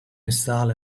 install